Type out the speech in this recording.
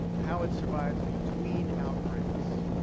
how it survives between outbreaks,